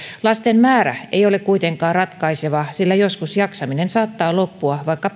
lasten määrä ei ole kuitenkaan ratkaiseva sillä joskus jaksaminen saattaa loppua vaikka